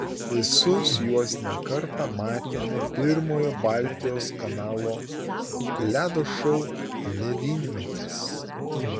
visus juos ne kartą matėme pirmojo baltijos kanalo ledo šou ledynmetis